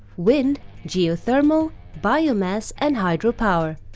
wind, geothermal, biomass and hydropower.